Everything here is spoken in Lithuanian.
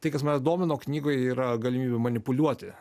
tai kas mane domino knygoje yra galimybių manipuliuoti